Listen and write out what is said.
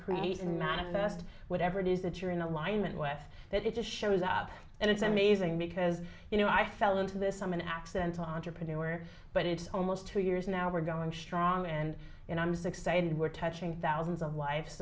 create and manifest whatever it is that you're in alignment with that it shows up and it's amazing because you know i fell into this i'm an accidental entrepreneur but it's almost two years now we're going strong and i'm so excited we're touching thousands of lives